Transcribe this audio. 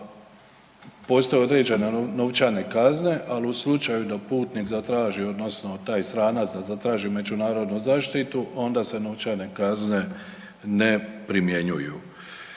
postoje određene novčane kazne ali u slučaju da putnik zatraži odnosno da taj stranac da zatraži međunarodnu zaštitu, onda se novčane kazne ne primjenjuju.